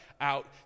out